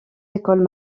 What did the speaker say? écoles